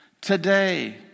today